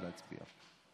נא להצביע.